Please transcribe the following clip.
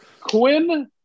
Quinn